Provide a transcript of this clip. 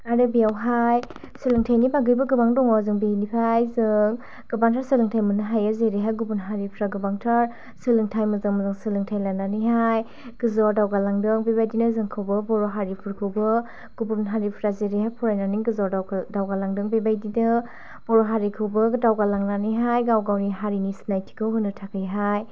आरो बेयावहाय सोलोंथाइनि बागैबो गोबां दङ जों बेनिफ्राय जों गोबांथार सोलोंथाइ मोननो हायो जेरैहाय गुबुन हारिफ्रा गोबांथार सोलोंथाइ मोजां मोजां सोलोंथाइ लानानैहाय गोजौआव दावगालांदों बे बादिनो जोंखौबो बर' हारिफोरखौबो गुबुन हारिफ्रा जेरैहाय फरायनानै गोजौआव दावखो दावगालांदों बेबायदिनो बर' हारिखौबो दावगालांनानैहाय गाव गावनि हारिनि सिनायथिखौ होनो थाखायहाय